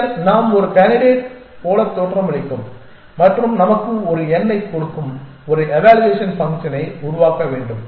பின்னர் நாம் ஒரு கேண்டிடேட் போல தோற்றமளிக்கும் மற்றும் நமக்கு ஒரு எண்ணைக் கொடுக்கும் ஒரு எவாலுவேஷன் ஃபங்ஷனை உருவாக்க வேண்டும்